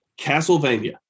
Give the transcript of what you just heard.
Castlevania